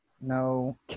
No